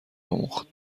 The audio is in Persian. آموخت